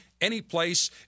anyplace